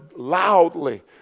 loudly